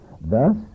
Thus